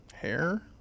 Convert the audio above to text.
hair